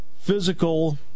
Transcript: physical